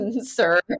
sir